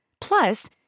Plus